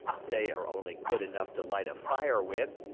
they are only good enough to light a fire with.